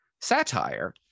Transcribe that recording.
satire